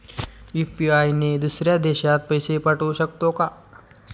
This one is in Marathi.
यु.पी.आय ने दुसऱ्या देशात पैसे पाठवू शकतो का?